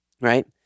right